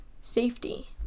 safety